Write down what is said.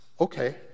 Okay